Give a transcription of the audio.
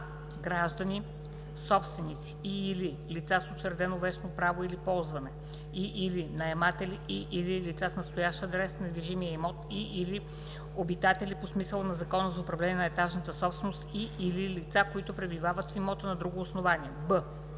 за граждани – собственици и/или лица с учредено вещно право на ползване, и/или наематели и/или лица с настоящ адрес в недвижимия имот, и/или обитатели по смисъла на Закона за управление на етажната собственост, и/или лица, които пребивават в имота на друго основание; б)